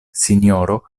sinjoro